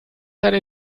eine